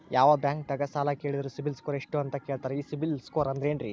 ಯಾವ ಬ್ಯಾಂಕ್ ದಾಗ ಸಾಲ ಕೇಳಿದರು ಸಿಬಿಲ್ ಸ್ಕೋರ್ ಎಷ್ಟು ಅಂತ ಕೇಳತಾರ, ಈ ಸಿಬಿಲ್ ಸ್ಕೋರ್ ಅಂದ್ರೆ ಏನ್ರಿ?